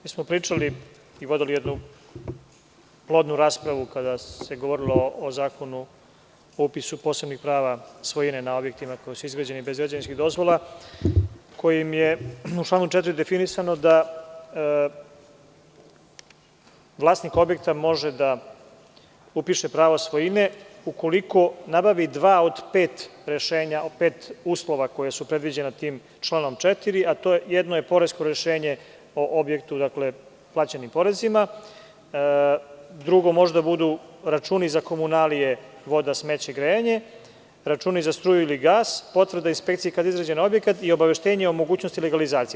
Mi smo pričali i vodili jednu plodnu raspravu kada se govorilo o Zakonu o upisu posebnih prava svojine na objektima koji su izgrađeni bez građevinskih dozvola kojim je u članu 4. definisano da vlasnik objekta može da upiše pravo svojine ukoliko nabavi dva od pet rešenja, od pet uslova koji su predviđeni članom 4. Jedno je poresko rešenje o objektu, dakle, plaćenim porezima, drugo mogu da budu računi za komunalije, voda, smeće, grejanje, računi za struju ili gas, potvrda inspekcije kada izađe na objekat i obaveštenje o mogućnosti legalizacije.